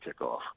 kickoff